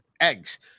eggs